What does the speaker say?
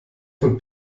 von